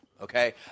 Okay